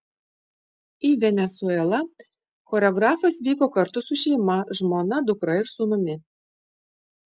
į venesuelą choreografas vyko kartu su šeima žmona dukra ir sūnumi